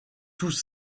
tous